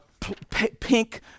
pink